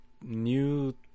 new